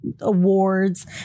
awards